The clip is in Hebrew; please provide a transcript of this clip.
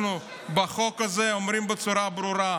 בחוק הזה אנחנו אומרים בצורה ברורה: